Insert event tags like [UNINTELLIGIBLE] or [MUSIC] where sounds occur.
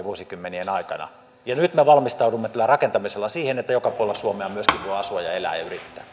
[UNINTELLIGIBLE] vuosikymmenien aikana nyt me valmistaudumme tällä rakentamisella siihen että joka puolella suomea myöskin voi asua ja elää ja yrittää